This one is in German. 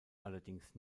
allerdings